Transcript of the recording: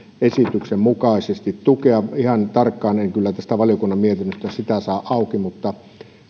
esityksen mukaisesti tukea ihan tarkkaan en kyllä tästä valiokunnan mietinnöstä sitä saa auki mutta